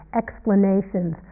explanations